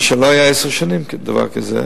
לא היה עשר שנים דבר כזה,